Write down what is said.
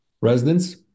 residents